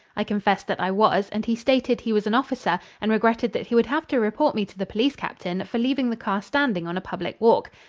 i confessed that i was and he stated he was an officer and regretted that he would have to report me to the police captain for leaving the car standing on a public walk.